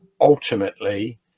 ultimately